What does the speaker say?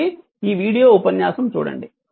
కాబట్టి ఈ వీడియో ఉపన్యాసం చూడండి